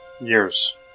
Years